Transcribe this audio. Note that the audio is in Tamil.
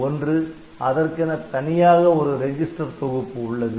ஒன்று அதற்கென தனியாக ஒரு ரெஜிஸ்டர் தொகுப்பு உள்ளது